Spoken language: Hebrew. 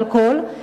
לאלכוהול,